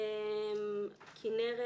כנרת,